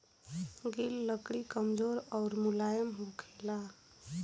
गिल लकड़ी कमजोर अउर मुलायम होखेला